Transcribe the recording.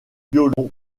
violon